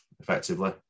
effectively